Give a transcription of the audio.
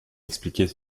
expliquer